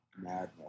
Madness